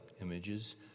images